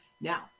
Now